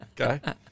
Okay